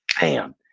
bam